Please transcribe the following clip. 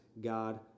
god